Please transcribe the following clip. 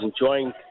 enjoying